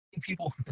People